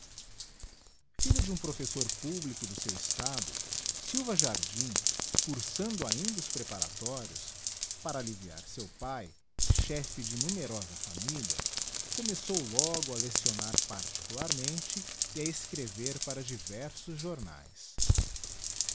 filho de imi professor publico do seu estado silva jardim cursando ainda os preparatórios para alliviar seu pae chefe de numerosa familia começou logo a leccionar particularmente e a escrever para diversos jomaes